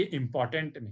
important